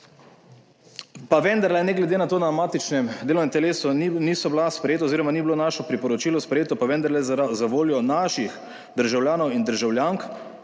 pa vendarle ne glede na to, na matičnem delovnem telesu niso bila sprejeta oz. ni bilo naše priporočilo sprejeto, pa vendarle zavoljo naših državljanov in državljank,